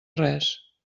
res